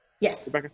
Yes